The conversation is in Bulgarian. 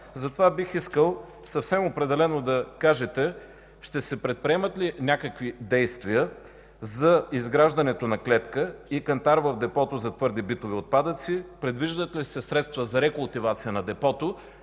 Затова бих искал съвсем определено да кажете ще се предприемат ли някакви действия за изграждането на клетка и кантар в депото за твърди битови отпадъци? Предвиждат ли се средства за рекултивация на депото?